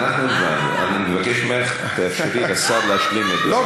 אני קורא אותך לסדר פעם ראשונה,